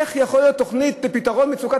איך יכולה להיות תוכנית לפתרון מצוקת